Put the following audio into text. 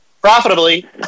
Profitably